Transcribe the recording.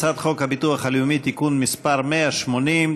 הצעת חוק הביטוח הלאומי (תיקון מס' 180),